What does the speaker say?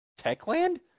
Techland